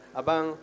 abang